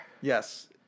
Yes